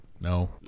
No